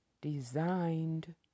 Designed